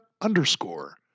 underscore